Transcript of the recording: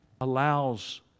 Allows